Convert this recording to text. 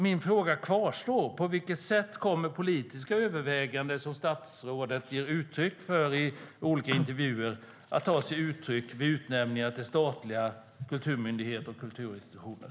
Min fråga kvarstår: På vilket sätt kommer politiska överväganden att inverka, som statsrådet ger uttryck för i olika intervjuer, vid utnämningar till statliga kulturmyndigheter och kulturinstitutioner?